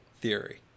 theory